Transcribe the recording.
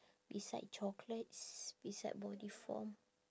beside chocolates beside body foam